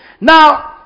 Now